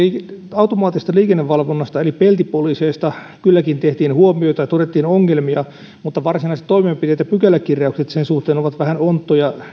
automaattisesta liikennevalvonnasta eli peltipoliiseista kylläkin tehtiin huomioita ja todettiin ongelmia mutta varsinaiset toimenpiteet ja pykäläkirjaukset sen suhteen ovat vähän onttoja nyt